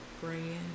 brand